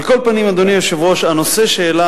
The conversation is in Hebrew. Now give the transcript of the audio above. על כל פנים, אדוני היושב-ראש, הנושא שהעלה